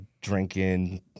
drinking